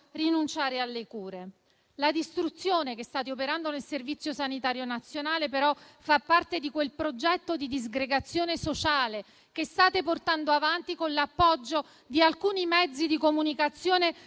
rinunciare alle cure. La distruzione che state operando nel Servizio sanitario nazionale, però, fa parte di quel progetto di disgregazione sociale che state portando avanti con l'appoggio di alcuni mezzi di comunicazione